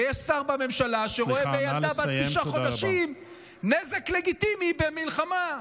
ויש שר בממשלה שרואה בילדה בת תשעה חודשים נזק לגיטימי במלחמה.